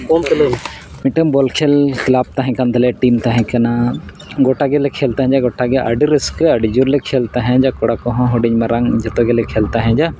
ᱦᱚᱯᱚᱱ ᱠᱟᱹᱱᱟᱹᱧ ᱢᱤᱫᱴᱟᱝ ᱵᱚᱞᱠᱷᱮᱞ ᱠᱞᱟᱵᱽ ᱛᱟᱦᱮᱸ ᱠᱟᱱ ᱛᱟᱞᱮᱭᱟ ᱴᱤᱢ ᱛᱟᱦᱮᱸ ᱠᱟᱱᱟ ᱜᱚᱴᱟ ᱜᱮᱞᱮ ᱠᱷᱮᱞ ᱛᱟᱦᱮᱸᱫᱼᱟ ᱜᱚᱴᱟᱜᱮ ᱟᱹᱰᱤ ᱨᱟᱹᱥᱠᱟᱹ ᱟᱹᱰᱤ ᱡᱳᱨᱞᱮ ᱠᱷᱮᱞ ᱛᱟᱦᱮᱸ ᱡᱚᱜ ᱠᱚᱲᱟ ᱠᱚᱦᱚᱸ ᱦᱩᱰᱤᱧ ᱢᱟᱨᱟᱝ ᱡᱚᱛᱚ ᱜᱮᱞᱮ ᱠᱷᱮᱞ ᱛᱟᱦᱮᱸᱫ